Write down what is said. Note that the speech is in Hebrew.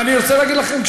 ואני רוצה להגיד לכם,